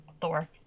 Thor